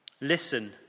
Listen